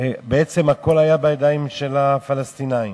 בעצם הכול היה בידיים של הפלסטינים,